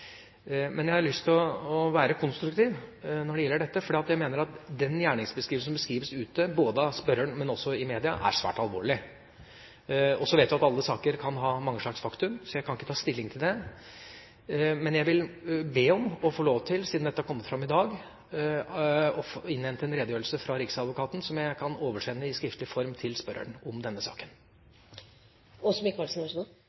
gjelder dette, for jeg mener at den gjerningen som beskrives ute, både av spørreren og i media, er svært alvorlig. Så vet vi at alle saker kan ha mange slags fakta. Jeg kan ikke ta stilling til dem, men jeg vil be om å få lov til, siden dette er kommet fram i dag, å innhente en redegjørelse fra riksadvokaten om denne saken, som jeg kan oversende i skriftlig form til spørreren.